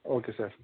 okay sir